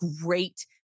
great